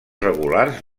regulars